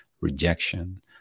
rejection